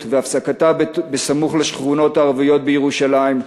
והפסקתה בסמוך לשכונות הערביות בירושלים,